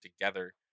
together